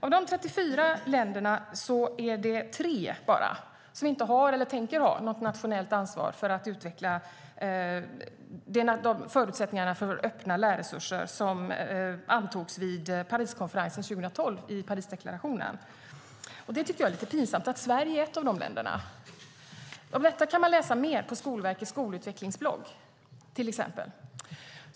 Av de 34 länderna är det bara tre som inte har eller tänker ta något nationellt ansvar för att utveckla förutsättningarna för öppna lärresurser som antogs vid Pariskonferensen 2012 i Parisdeklarationen. Jag tycker att det är pinsamt att Sverige är ett av de länderna. Om detta kan man läsa mera till exempel på Skolverkets skolutvecklingsblogg.